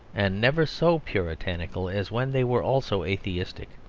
and never so puritanical as when they were also atheistic.